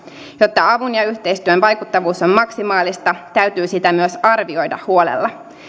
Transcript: jotta avun ja ja yhteistyön vaikuttavuus on maksimaalista täytyy sitä myös arvioida huolella